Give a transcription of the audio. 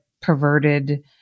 perverted